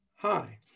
Hi